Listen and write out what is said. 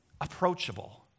Approachable